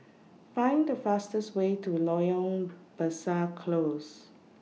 Find The fastest Way to Loyang Besar Close